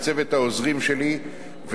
לצוות העוזרים שלי,